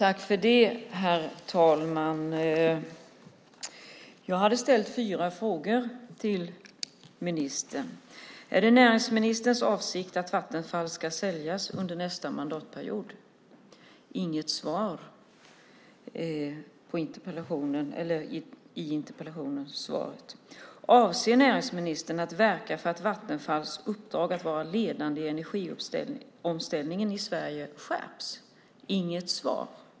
Herr talman! Jag hade ställt fyra frågor till ministern: Är det näringsministerns avsikt att Vattenfall ska säljas under nästa mandatperiod? Inget svar i interpellationssvaret. Avser näringsministern att verka för att Vattenfalls uppdrag att vara ledande i energiomställningen i Sverige skärps? Inget svar.